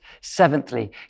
Seventhly